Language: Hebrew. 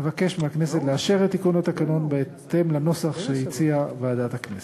אבקש מהכנסת לאשר את תיקון התקנון בהתאם לנוסח שהציעה ועדת הכנסת.